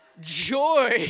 joy